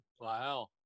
Wow